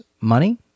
money